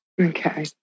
Okay